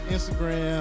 Instagram